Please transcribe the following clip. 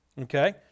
Okay